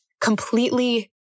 completely